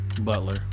Butler